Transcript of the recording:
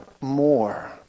more